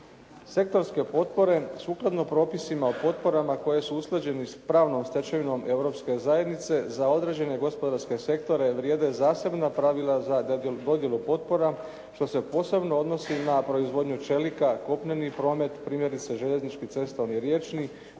Sektorske potpore. Sukladno propisima o potporama koji su usklađeni s pravnom stečevinom Europske zajednice za određene gospodarske sektore vrijede zasebna pravila za dodjelu potpora što se posebno odnosi na proizvodnju čelika, kopneni promet primjerice željeznički, cestovni, riječni,